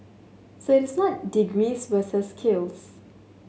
so it is not degrees versus skills